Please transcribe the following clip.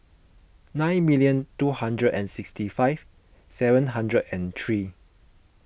nine million two hundred and sixty five seven hundred and three